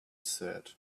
said